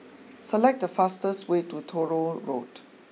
select the fastest way to Tronoh Road